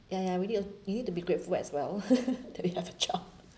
ya ya we need to we need to be grateful as well that we have a job